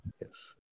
Yes